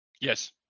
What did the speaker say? Yes